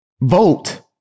Vote